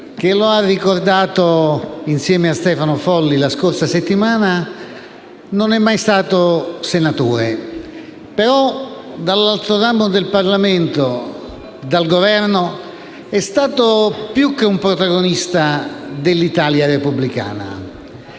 che lo ha ricordato insieme a Stefano Folli la scorsa settimana, non è mai stato senatore. Però dall'altro ramo del Parlamento e dal Governo è stato più che un protagonista dell'Italia repubblicana;